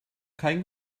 kein